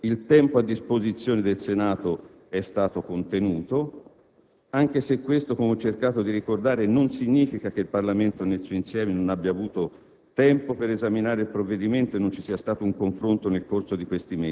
So bene che il tempo a disposizione del Senato è stato contenuto, anche se ciò, come ho cercato di ricordare, non significa che il Parlamento nel suo insieme non abbia avuto